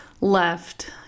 left